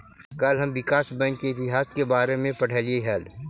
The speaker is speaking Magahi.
कल हम विकास बैंक के इतिहास के बारे में पढ़लियई हल